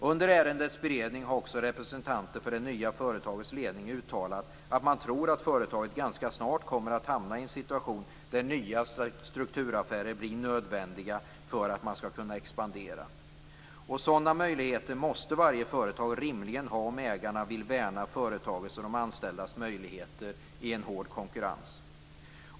Under ärendets beredning har också representanter för det nya företagets ledning uttalat att man tror att företaget ganska snart kommer att hamna i en situation där nya strukturaffärer blir nödvändiga för att man skall kunna expandera. Och sådana möjligheter måste varje företag rimligen ha om ägarna vill värna företagets och de anställdas möjligheter i en hård konkurrens.